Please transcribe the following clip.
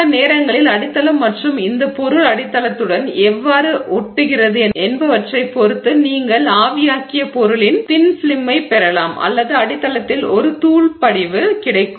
சில நேரங்களில் அடித்தளம் மற்றும் இந்த பொருள் அடித்தளத்துடன் எவ்வாறு ஒட்டுகிறது என்பவற்றைப் பொறுத்து நீங்கள் ஆவியாக்கிய பொருளின் தின் ஃபிலிம்மைப் பெறலாம் அல்லது அடித்தளத்தில் ஒரு தூள் படிவு கிடைக்கும்